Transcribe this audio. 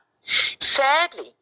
Sadly